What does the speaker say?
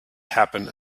happen